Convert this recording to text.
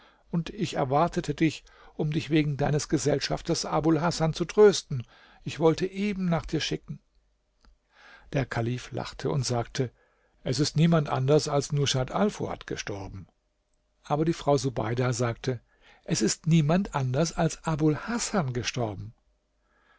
und ich erwartete dich um dich wegen deines gesellschafters abul hasan zu trösten ich wollte eben nach dir schicken der kalif lachte und sagte es ist niemand anders als rushat alfuad gestorben aber die frau subeida sagte es ist niemand anders als abul hasan gestorben